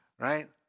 Right